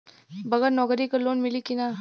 बगर नौकरी क लोन मिली कि ना?